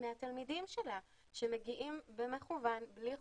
מהתלמידים שלה שמגיעים במכוון בלי חולצה,